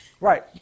Right